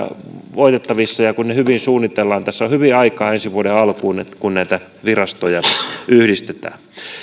voitettavissa kun ne hyvin suunnitellaan tässä on hyvin aikaa ensi vuoden alkuun kun näitä virastoja yhdistetään